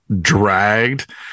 dragged